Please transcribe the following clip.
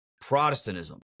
Protestantism